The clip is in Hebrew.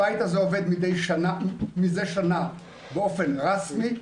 הבית הזה עובד מזה שנה באופן רשמי,